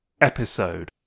episode